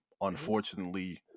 unfortunately